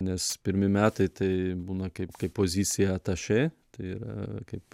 nes pirmi metai tai būna kaip kaip pozicija atašė tai yra kaip